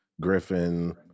Griffin